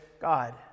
God